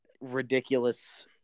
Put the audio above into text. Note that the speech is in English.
ridiculous